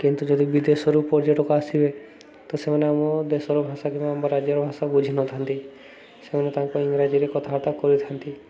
କିନ୍ତୁ ଯଦି ବିଦେଶରୁ ପର୍ଯ୍ୟଟକ ଆସିବେ ତ ସେମାନେ ଆମ ଦେଶର ଭାଷା କିମ୍ବା ଆମ ରାଜ୍ୟର ଭାଷା ବୁଝିନଥାନ୍ତି ସେମାନେ ତାଙ୍କ ଇଂରାଜୀରେ କଥାବାର୍ତ୍ତା କରିଥାନ୍ତି